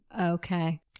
Okay